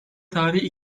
tarihi